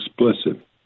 explicit